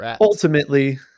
ultimately